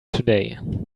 today